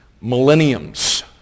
millenniums